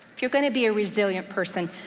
you're gonna be a resilient person,